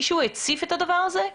מישהו הציף את הדבר הזה?